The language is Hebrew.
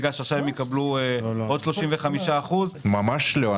כי עכשיו יקבלו עוד 35%. ממש לא.